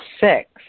six